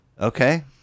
Okay